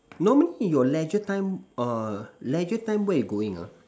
normally your Leisure time err Leisure time where you going ah